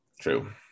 True